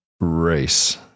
race